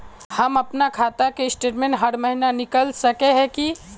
हम अपना खाता के स्टेटमेंट हर महीना निकल सके है की?